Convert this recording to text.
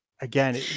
again